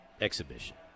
exhibition